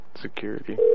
security